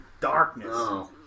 darkness